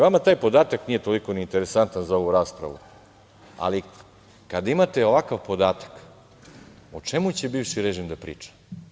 Vama taj podatak nije toliko ni interesantan za ovu raspravu, ali kada imate ovakav podatak, o čemu će bivši režim da priča?